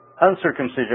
uncircumcision